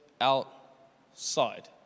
outside